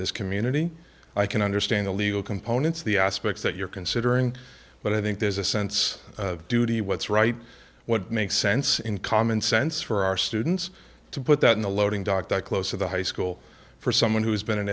this community i can understand the legal components the aspects that you're considering but i think there's a sense of duty what's right what makes sense in commonsense for our students to put that in the loading dock that close to the high school for someone who's been